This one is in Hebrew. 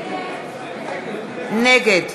נגד